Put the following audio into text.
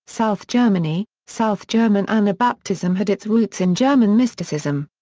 south germany south german anabaptism had its roots in german mysticism.